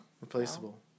replaceable